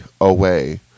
away